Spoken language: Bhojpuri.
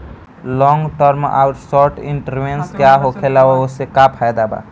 लॉन्ग टर्म आउर शॉर्ट टर्म इन्वेस्टमेंट का होखेला और ओसे का फायदा बा?